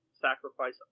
sacrifice